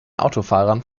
autofahrern